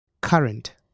Current